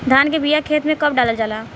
धान के बिया खेत में कब डालल जाला?